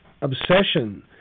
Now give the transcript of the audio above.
obsession